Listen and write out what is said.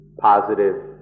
positive